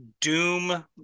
Doom